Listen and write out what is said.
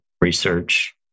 research